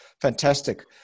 Fantastic